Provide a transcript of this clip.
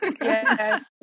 Yes